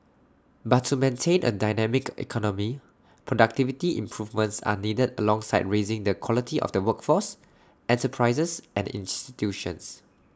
but to maintain A dynamic economy productivity improvements are needed alongside raising the quality of the workforce enterprises and institutions